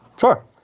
sure